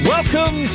Welcome